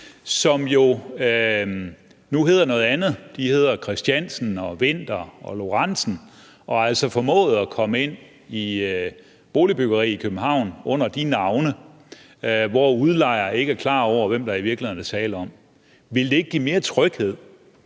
som jo nu hedder noget andet. De hedder Christiansen og Winther og Lorenzen og har altså formået at komme ind i et boligbyggeri i København under de navne, hvor udlejer ikke er klar over, hvem der i virkeligheden er tale om. Ville det ikke give mere tryghed